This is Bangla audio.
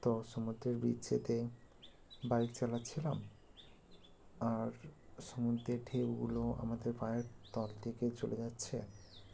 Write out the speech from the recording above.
তো সমুদ্রের বিচেতে বাইক চালাচ্ছিলাম আর সমুদ্রের ঢেউগুলো আমাদের পায়ের তলা থেকে চলে যাচ্ছে